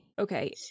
Okay